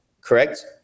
correct